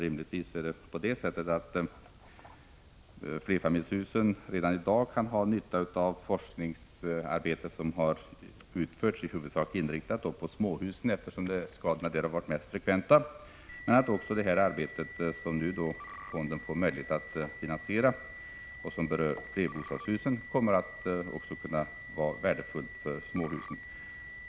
Rimligtvis kan flerfamiljshusen redan i dag ha nytta av forskningsarbete som har utförts och som i huvudsak varit inriktat på småhusen, eftersom skadorna där har varit mest frekventa. Likaså kommer arbetet som fonden nu får möjlighet att finansiera och som berör flerbostadshusen att vara värdefullt även för småhusen.